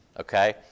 okay